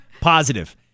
Positive